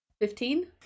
Fifteen